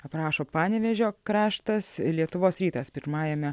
aprašo panevėžio kraštas ir lietuvos rytas pirmajame